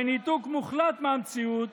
בניתוק מוחלט מהמציאות,